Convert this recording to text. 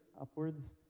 upwards